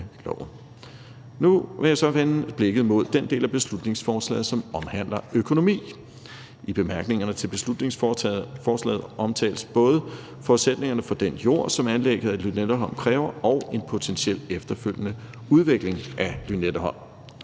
Nu vil jeg så vende blikket mod den del af beslutningsforslaget, som omhandler økonomi. I bemærkningerne til beslutningsforslaget omtales både forudsætningerne for den jord, som anlægget af Lynetteholm kræver, og en potentiel efterfølgende udvikling af Lynetteholm.